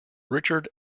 richard